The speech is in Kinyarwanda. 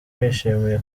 bishimiye